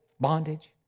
bondage